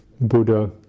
Buddha